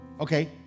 okay